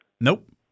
Nope